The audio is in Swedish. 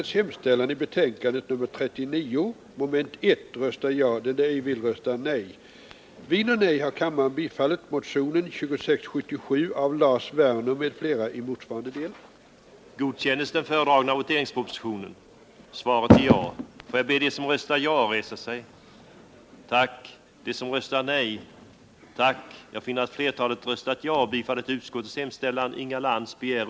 Vid prövningen av arrendeavgiftens storlek i en förlängningseller villkorstvist skall enligt förslaget bl.a. arrendeställets avkastningsförmåga kunna beaktas. Om den begärda avgiften är för hög i förhållande till avkastningsförmågan, skall avgiften sättas ned till skäligt belopp.